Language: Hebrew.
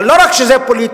אבל לא רק שזה פוליטי,